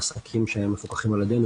מבחינת העסקים שמפוקחים על ידינו,